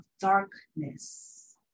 darkness